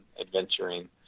adventuring